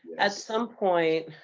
at some point,